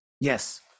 Yes